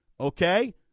okay